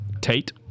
Tate